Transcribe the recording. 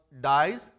dies